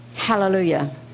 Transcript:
Hallelujah